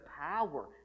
power